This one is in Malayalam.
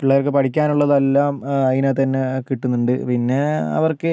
പിള്ളേർക്ക് പഠിക്കാനുള്ളതെല്ലാം അതിനകത്തന്നെ കിട്ടുന്നുണ്ട് പിന്നെ അവർക്ക്